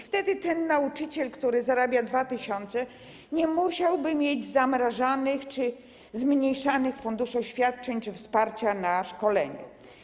Wtedy nauczyciel, który zarabia 2 tys., nie musiałby mieć zamrażanego lub zmniejszanego funduszu świadczeń czy wsparcia w szkoleniu.